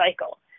cycle